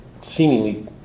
seemingly